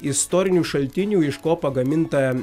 istorinių šaltinių iš ko pagaminta